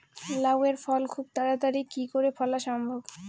লাউ এর ফল খুব তাড়াতাড়ি কি করে ফলা সম্ভব?